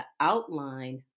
outline